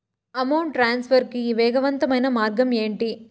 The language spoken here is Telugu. అమౌంట్ ట్రాన్స్ఫర్ కి వేగవంతమైన మార్గం ఏంటి